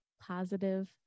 positive